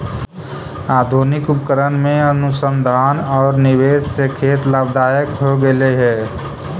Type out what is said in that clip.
आधुनिक उपकरण में अनुसंधान औउर निवेश से खेत लाभदायक हो गेलई हे